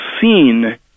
seen –